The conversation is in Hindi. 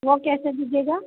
वो कैसे दीजिएगा